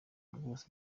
rwose